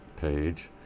page